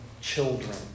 children